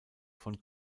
von